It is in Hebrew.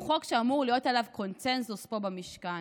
הוא חוק שאמור להיות עליו קונסנזוס פה במשכן.